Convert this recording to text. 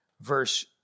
verse